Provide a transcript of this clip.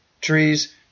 trees